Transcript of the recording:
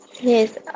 Yes